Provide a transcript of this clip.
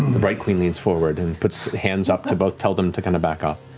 the bright queen leans forward and puts hands up to both tell them to kind of back off.